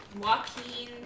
Joaquin